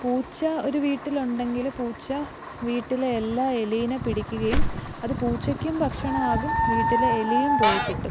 പൂച്ച ഒരു വീട്ടിലുണ്ടെങ്കില് പൂച്ച വീട്ടിലെ എല്ലാ എലീനെ പിടിക്കുകയും അത് പൂച്ചയ്ക്കും ഭക്ഷണമാകും വീട്ടിലെ എലിയും പോയിക്കിട്ടും